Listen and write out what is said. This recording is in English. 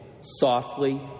softly